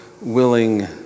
willing